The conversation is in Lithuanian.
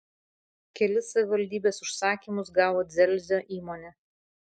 kelis savivaldybės užsakymus gavo dzelzio įmonė